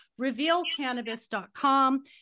revealcannabis.com